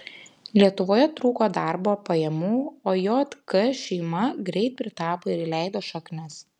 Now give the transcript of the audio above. lietuvoje trūko darbo pajamų o jk šeima greit pritapo ir įleido šaknis